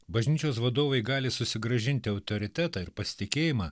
bažnyčios vadovai gali susigrąžinti autoritetą ir pasitikėjimą